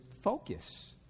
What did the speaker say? focus